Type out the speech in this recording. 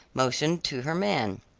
motioned to her man.